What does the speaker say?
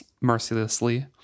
mercilessly